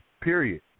period